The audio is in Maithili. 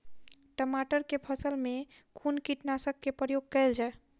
टमाटर केँ फसल मे कुन कीटनासक केँ प्रयोग कैल जाय?